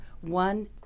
one